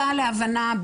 קל להבנה,